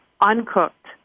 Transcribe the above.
uncooked